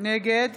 נגד